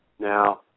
Now